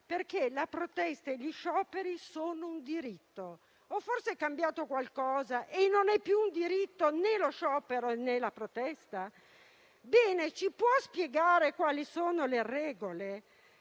perché la protesta e gli scioperi sono un diritto. Oppure è cambiato qualcosa e non sono più un diritto lo sciopero, né la protesta? Ci può spiegare quali sono le regole?